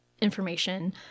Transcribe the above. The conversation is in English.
information